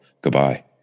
goodbye